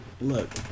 Look